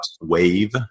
Wave